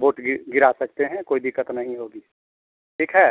vote गिर गिरा सकते हैं कोई दिक़्क़त नहीं होगी ठीक है